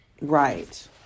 Right